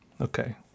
Okay